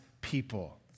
people